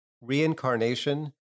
reincarnation